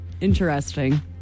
Interesting